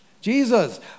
Jesus